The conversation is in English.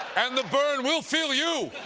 and the bern will feel you!